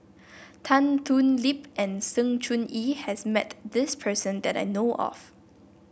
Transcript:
Tan Thoon Lip and Sng Choon Yee has met this person that I know of